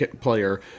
player